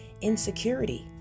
insecurity